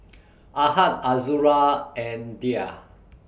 Ahad Azura and Dhia